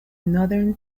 northern